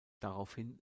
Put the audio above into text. daraufhin